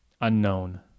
Unknown